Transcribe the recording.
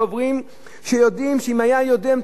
כשיודעים שאם היה יודע את המידע את הזה,